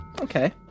Okay